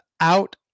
out